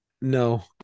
no